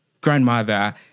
grandmother